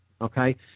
okay